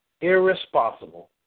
irresponsible